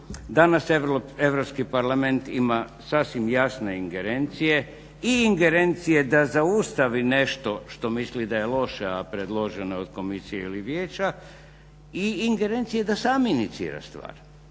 danas Europski parlament ima sasvim jasne ingerencije i ingerencije da zaustavi nešto što misli da je loše, a predloženo je od komisije ili vijeća i ingerencije da sam inicira stvari.